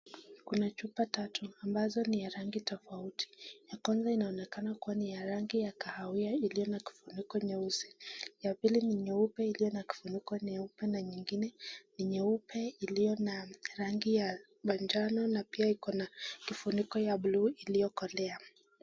Kuna chupa tatu ambazo ni ya rangi tofauti ,ya kwanza inaonekana kuwa ni ya rangi ya kahawia iliyo na kifuniko nyeusi ,ya pili ni nyeupe iliyo na kifuniko nyeupe ,na nyingine ni nyeupe iliyo na rangi ya manjano ,na pia iko na kifuniko ya blue iliyo kolea .